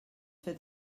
fer